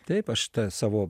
taip aš tą savo